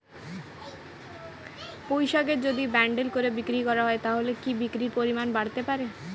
পুঁইশাকের যদি বান্ডিল করে বিক্রি করা হয় তাহলে কি বিক্রির পরিমাণ বাড়তে পারে?